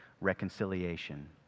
reconciliation